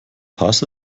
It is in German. paz